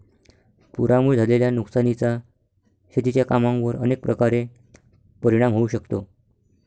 पुरामुळे झालेल्या नुकसानीचा शेतीच्या कामांवर अनेक प्रकारे परिणाम होऊ शकतो